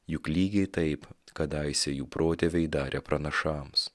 juk lygiai taip kadaise jų protėviai darė pranašams